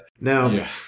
Now